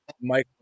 Mike